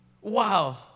Wow